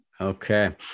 Okay